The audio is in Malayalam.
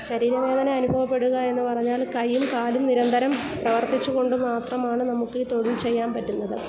ശരീര വേദന അനുഭവപ്പെടുക എന്ന്പറഞ്ഞാൽ കൈയും കാലും നിരന്തരം പ്രവർത്തിച്ചു കൊണ്ട് മാത്രമാണ് നമ്മൾക്ക് ഈ തൊഴിൽ ചെയ്യാൻ പറ്റുന്നത്